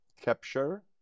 capture